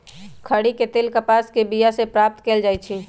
खरि के तेल कपास के बिया से प्राप्त कएल जाइ छइ